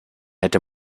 hätte